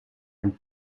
een